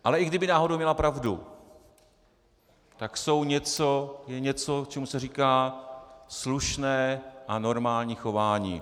Ale i kdyby náhodou měla pravdu, tak je něco, čemu se říká slušné a normální chování.